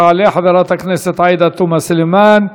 תעלה חברת הכנסת עאידה תומא סלימאן,